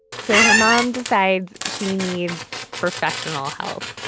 so her mom decides she needs professional help.